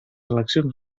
eleccions